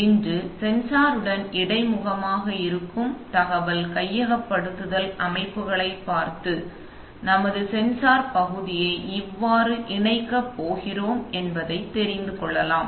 இன்று சென்சாருடன் இடைமுகமாக இருக்கும் தகவல்கையகப்படுத்தல் அமைப்புகளைப் பார்த்து நமது சென்சார் பகுதியை இவ்வாறு இணைக்க போகிறோம் என்பதை தெரிந்துகொள்ளலாம்